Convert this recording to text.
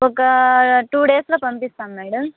ఒక టూ డేస్లో పంపిస్తాం మేడం